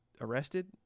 arrested